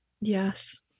Yes